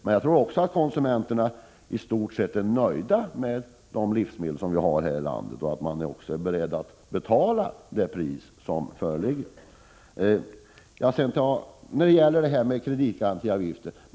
Men jag tror att konsumenterna är i stort sett nöjda med de livsmedel vi har här i landet och också är beredda att betala det pris de betingar. Så till kreditgarantiavgiften.